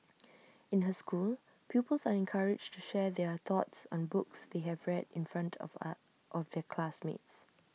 in her school pupils are encouraged to share their thoughts on books they have read in front of are offical classmates